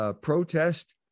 Protest